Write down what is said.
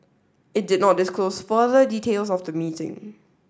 it did not disclose further details of the meeting